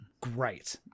great